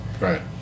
right